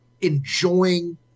enjoying